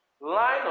line